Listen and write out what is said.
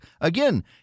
Again